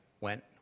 went